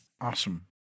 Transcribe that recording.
Awesome